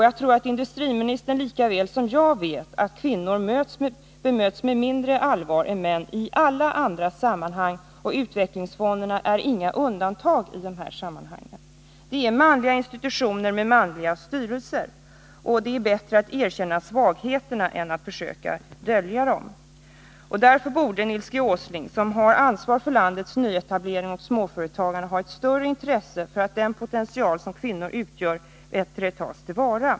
Jag tror att industriministern lika väl som jag vet att kvinnor bemöts med mindre allvar än män i de flesta sammanhang, och utvecklingsfonderna är inget undantag. Det är manliga institutioner med manliga styrelser, och det är bättre att försöka erkänna svagheterna än att försöka dölja dem. Därför borde Nils G. Åsling, som har ansvaret när det gäller landets nyetableringar och i fråga om småföretagare, ha ett intresse för att den potential som kvinnor utgör bättre kan tas till vara.